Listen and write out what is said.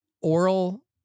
oral